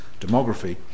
demography